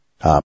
Up